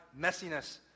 messiness